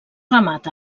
remata